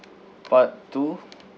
part two